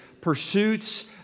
Pursuit's